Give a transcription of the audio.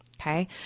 Okay